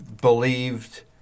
believed